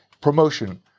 promotion